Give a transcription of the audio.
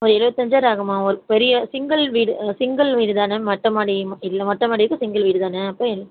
ஓ இருபத்தஞ்சாயிரம் ஆகுமா ஒரு பெரிய சிங்கிள் வீடு சிங்கிள் வீடு தான மொட்டை மாடி இல்லை மொட்டை மாடி இருக்குது சிங்கிள் வீடு தானே அப்போ என்ன